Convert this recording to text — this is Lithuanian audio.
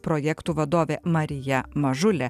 projektų vadovė marija mažulė